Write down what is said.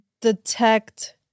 detect